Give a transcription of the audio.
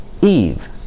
Eve